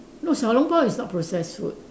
no 小笼包 is not processed food